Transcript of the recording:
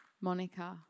Monica